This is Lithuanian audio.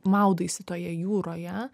maudaisi toje jūroje